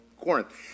Corinth